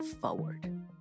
forward